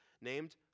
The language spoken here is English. named